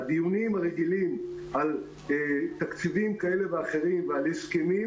הדיונים הרגילים על תקציבים כאלה ואחרים ועל הסכמים,